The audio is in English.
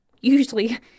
usually